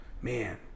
Man